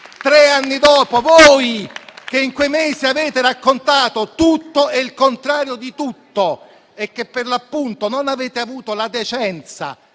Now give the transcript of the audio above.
tre anni dopo, voi che in quei mesi avete raccontato tutto e il contrario di tutto e che per l'appunto non avete avuto la decenza,